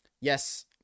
yes